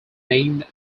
named